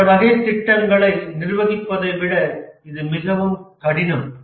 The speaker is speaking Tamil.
மற்ற வகை திட்டங்களை நிர்வகிப்பதை விட இது மிகவும் கடினம்